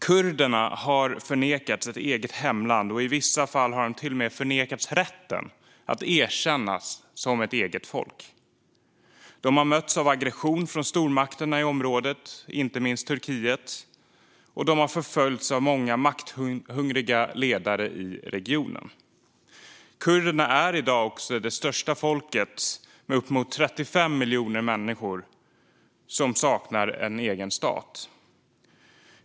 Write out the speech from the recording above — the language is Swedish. Kurderna har förnekats ett eget hemland och i vissa fall har de till och med förnekats rätten att erkännas som ett eget folk. De har mötts av aggression från stormakterna i området, inte minst Turkiet, och de har förföljts av många makthungriga ledare i regionen. Kurderna är i dag det största folket, med uppemot 35 miljoner människor som saknar en egen stat.